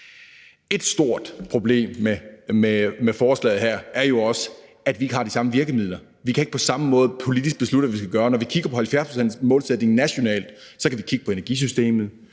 Et stort problem med forslaget her er jo også, at vi ikke har de samme virkemidler. Vi kan ikke på samme måde politisk beslutte, hvad vi skal gøre. Når vi kigger på 70-procentsmålsætningen nationalt, kan vi kigge på energisystemet,